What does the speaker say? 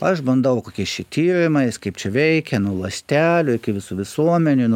aš bandau kokias čia tyrimais kaip čia veikia nuo ląstelių iki visų visuomenių